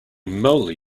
moly